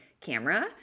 camera